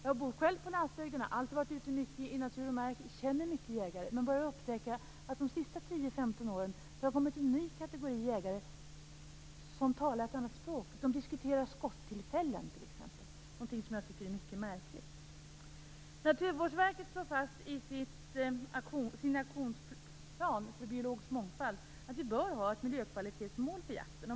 Jag bor själv på landsbygden och har alltid varit ute mycket i natur och mark, och jag känner många jägare. Men jag börjar upptäcka att det under de senaste 10-15 åren har kommit en ny kategori jägare, som talar ett annat språk. De diskuterar t.ex. skottillfällen - någonting som är mycket märkligt. Naturvårdsverket slår fast i sin aktionsplan för biologisk mångfald att vi bör ha ett miljökvalitetsmål för jakten.